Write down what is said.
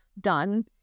done